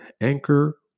Anchor